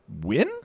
win